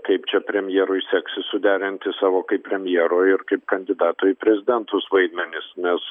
kaip čia premjerui seksis suderinti savo kaip premjero ir kaip kandidato į prezidentus vaidmenis nes